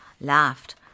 laughed